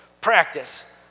practice